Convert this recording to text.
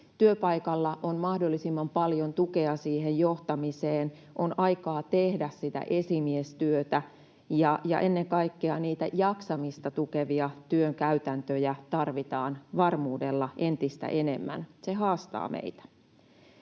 työpaikalla on mahdollisimman paljon tukea johtamiseen, on aikaa tehdä esimiestyötä. Ennen kaikkea jaksamista tukevia työn käytäntöjä tarvitaan varmuudella entistä enemmän. Se haastaa meitä.